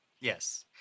Yes